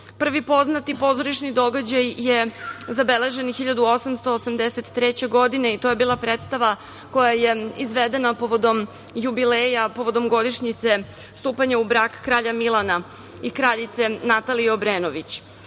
Prvi poznati pozorišni događaj je zabeležen 1883. godine i to je bila predstava koja je izvedena povodom jubileja, povodom godišnjice stupanja u brak kralja Milana i kraljice Natalije Obrenović.